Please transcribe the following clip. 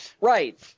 Right